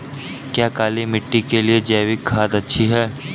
क्या काली मिट्टी के लिए जैविक खाद अच्छी है?